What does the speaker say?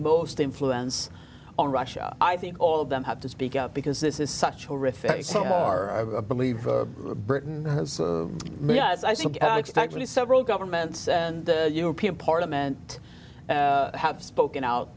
most influence on russia i think all of them have to speak out because this is such a horrific or a believer britain as i said thankfully several governments and the european parliament have spoken out